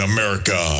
America